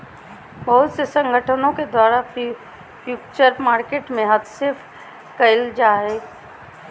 बहुत से संगठनों के द्वारा फ्यूचर मार्केट में हस्तक्षेप क़इल जा हइ